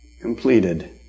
completed